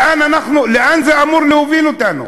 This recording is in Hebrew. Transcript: לאן זה אמור להוביל אותנו?